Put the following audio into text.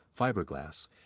fiberglass